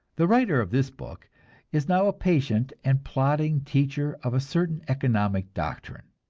the writer of this book is now a patient and plodding teacher of a certain economic doctrine,